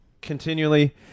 continually